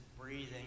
breathing